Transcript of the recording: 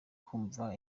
kumva